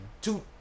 two